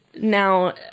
now